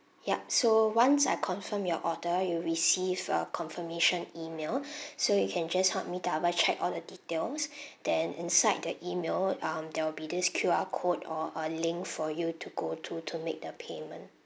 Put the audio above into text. yup so once I confirm your order you'll receive a confirmation email so you can just help me double check all the details then inside the email um there will be this Q_R code or a link for you to go to to make the payment